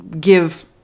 give